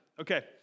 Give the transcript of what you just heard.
Okay